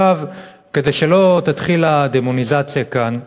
כדי שלא תתחיל הדמוניזציה כאן,